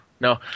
No